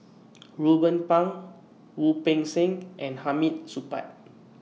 Ruben Pang Wu Peng Seng and Hamid Supaat